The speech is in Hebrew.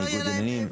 בניגוד עניינים.